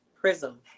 prism